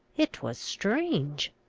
it was strange!